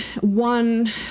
one